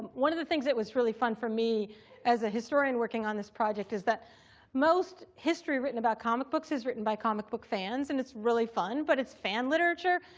one of the things that was really fun for me as a historian working on this project is that most history written about comic books is written by comic book fans. and it's really fun but it's fan literature.